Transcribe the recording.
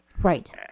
Right